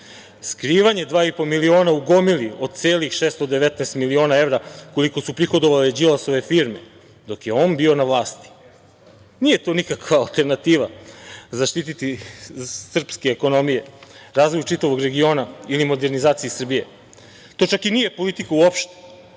Skrivanje dva i po miliona u gomili od celih 619 miliona evra, koliko su prihodovale Đilasove firme dok je on bio na vlasti. Nije to nikakva alternativa zaštiti srpske ekonomije, razvoju čitavog regiona ili modernizaciji Srbije. To čak i nije politika uopšte.